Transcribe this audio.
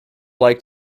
like